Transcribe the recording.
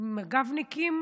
מג"בניקים